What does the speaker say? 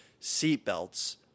seatbelts